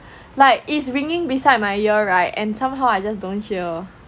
like is ringing beside my ear [right] and somehow I just don't hear